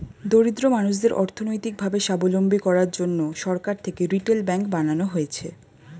দরিদ্র মানুষদের অর্থনৈতিক ভাবে সাবলম্বী করার জন্যে সরকার থেকে রিটেল ব্যাঙ্ক বানানো হয়েছে